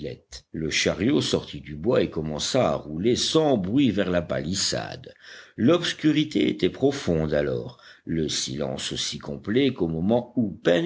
le chariot sortit du bois et commença à rouler sans bruit vers la palissade l'obscurité était profonde alors le silence aussi complet qu'au moment où